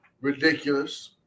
Ridiculous